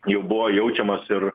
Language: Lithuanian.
jau buvo jaučiamas ir